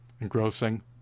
engrossing